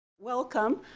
welcome.